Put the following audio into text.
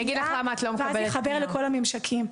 ואז יחבר לכל הממשקים.